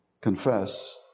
confess